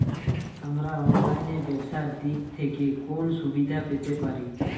আমরা অনলাইনে ব্যবসার দিক থেকে কোন সুবিধা পেতে পারি?